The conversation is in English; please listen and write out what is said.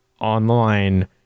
online